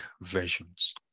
versions